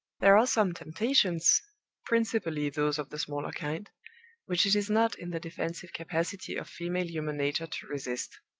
there are some temptations principally those of the smaller kind which it is not in the defensive capacity of female human nature to resist.